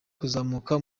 kuzamuka